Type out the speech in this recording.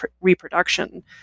reproduction